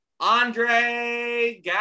Andre